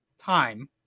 time